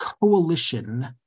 Coalition